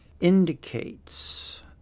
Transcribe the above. indicates